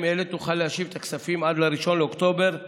אלה תוכל להשיב את הכספים עד 1 באוקטובר 2020,